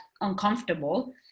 uncomfortable